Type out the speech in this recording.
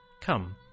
Come